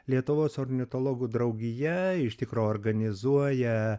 lietuvos ornitologų draugija iš tikro organizuoja